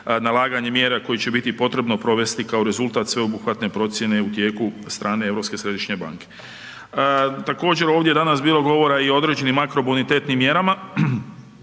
nalaganje mjera koje će biti potrebno provesti kao rezultat sveobuhvatne procijene u tijeku strane ESB-a. Također ovdje je danas bilo govora i o određenim makrobonitetnim mjerama,